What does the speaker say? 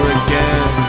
again